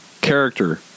character